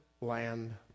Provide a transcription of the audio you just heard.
land